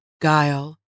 guile